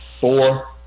four